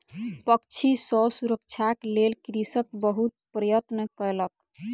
पक्षी सॅ सुरक्षाक लेल कृषक बहुत प्रयत्न कयलक